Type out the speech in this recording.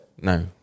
No